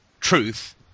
truth